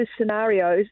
scenarios